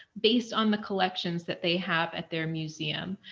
based on the collections that they have at their museum.